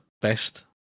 best